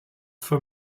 for